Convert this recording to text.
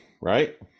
right